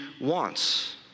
wants